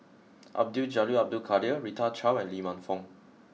Abdul Jalil Abdul Kadir Rita Chao and Lee Man Fong